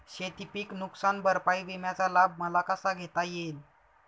शेतीपीक नुकसान भरपाई विम्याचा लाभ मला कसा घेता येईल?